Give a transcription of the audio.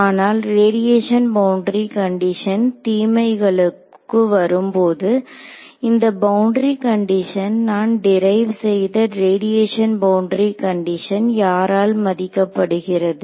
ஆனால் radiation boundary condition தீமைகளுக்கு வரும்போது இந்த பவுண்டரி கண்டிஷன் நான் டிரைவ் செய்த ரேடியேஷன் பவுண்டரி கண்டிஷன் யாரால் மதிக்கப்படுகிறது